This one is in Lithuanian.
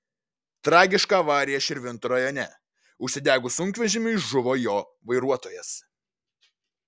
tragiška avarija širvintų rajone užsidegus sunkvežimiui žuvo jo vairuotojas